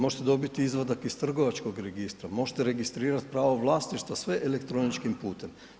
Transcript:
Možete dobiti izvadak iz trgovačkog Registra, možete registrirati pravo vlasništva sve elektroničkim putem.